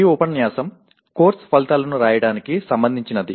ఈ ఉపన్యాసం కోర్సు ఫలితాలను వ్రాయడానికి సంబంధించినది